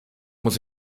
muss